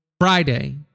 Friday